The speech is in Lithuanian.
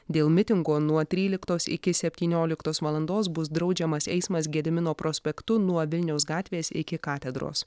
dėl mitingo nuo tryliktos iki septynioliktos valandos bus draudžiamas eismas gedimino prospektu nuo vilniaus gatvės iki katedros